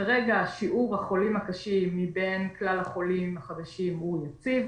כרגע שיעור החולים הקשים מבין כלל החולים החדשים הוא יציב,